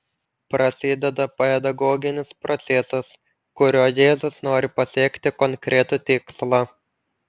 prasideda pedagoginis procesas kuriuo jėzus nori pasiekti konkretų tikslą